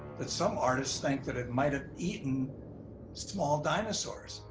that some artists think that it might've eaten small dinosaurs.